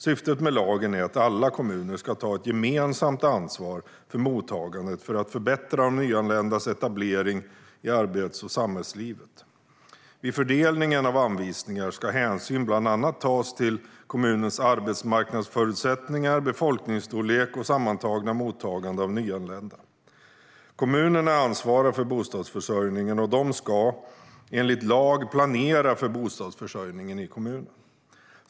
Syftet med lagen är att alla kommuner ska ta ett gemensamt ansvar för mottagandet för att förbättra de nyanländas etablering i arbets och samhällslivet. Vid fördelningen av anvisningar ska hänsyn bland annat tas till kommunens arbetsmarknadsförutsättningar, befolkningsstorlek och sammantagna mottagande av nyanlända. Kommunerna ansvarar för bostadsförsörjningen, och de ska, enligt lag, planera för bostadsförsörjningen i kommunen.